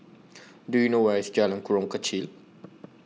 Do YOU know Where IS Jalan Jurong Kechil